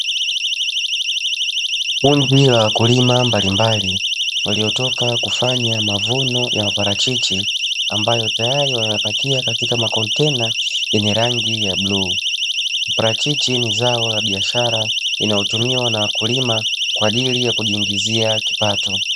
Kundi la wakulima mbalimbali waliotoka kufanya mavuno ya maparachichi, ambayo tayari wanayapakia katika makontena yenye rangi ya bluu, parachichi ni zao la biashara inayotumiwa na wakulima kwa ajili ya kujiingizia kipato.